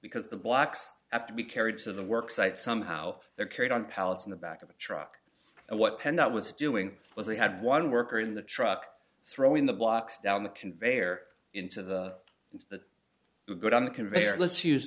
because the blocks have to be carried to the work site somehow there carried on pallets in the back of a truck and what pen that was doing was they had one worker in the truck throwing the blocks down the conveyor into the the good on the conveyor let's use